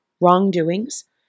wrongdoings